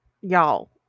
Y'all